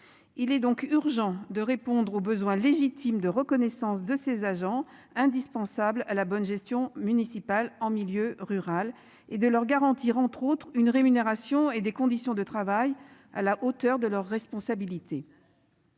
Il est donc urgent de répondre aux besoins légitimes de reconnaissance de ses agents indispensables à la bonne gestion municipale en milieu rural et de leur garantir entre autres une rémunération et des conditions de travail à la hauteur de leurs responsabilités.